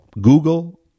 Google